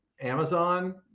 Amazon